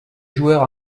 joueur